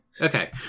Okay